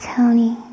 Tony